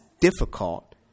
difficult